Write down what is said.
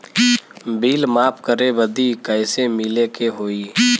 Bill माफ करे बदी कैसे मिले के होई?